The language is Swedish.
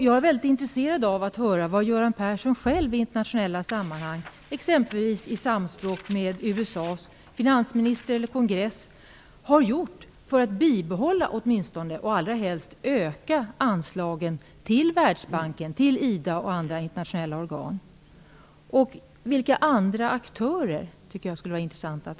Jag är väldigt intresserad av att höra vad Göran Persson själv har gjort i internationella sammanhang, exempelvis i samspråk med USA:s finansminister eller kongress och andra aktörer, för att åtminstone bibehålla men allra helst öka anslagen till Världsbanken, till IDA och till andra internationella organ.